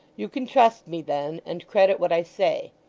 you can trust me then, and credit what i say.